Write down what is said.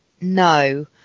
no